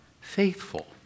faithful